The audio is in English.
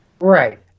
Right